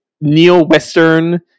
neo-Western